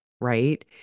right